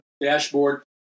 dashboard